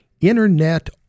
internet